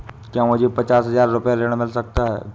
क्या मुझे पचास हजार रूपए ऋण मिल सकता है?